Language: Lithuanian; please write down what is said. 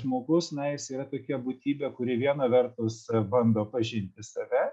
žmogus na jis yra tokia būtybė kuri viena vertus bando pažinti save